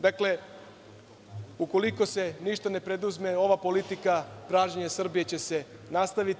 Dakle, ukoliko se ništa ne preduzme, ova politika pražnjenja Srbije će se nastaviti.